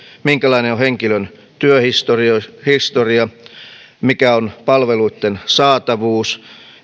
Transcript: minkälainen on henkilön työhistoria mikä on palveluitten saatavuus